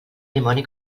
dimoni